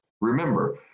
Remember